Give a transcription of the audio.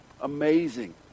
Amazing